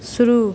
शुरू